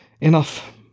enough